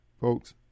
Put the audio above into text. Folks